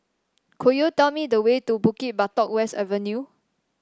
could you tell me the way to Bukit Batok West Avenue